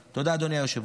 תודה, אדוני היושב-ראש.